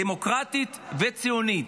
דמוקרטית וציונית.